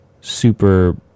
Super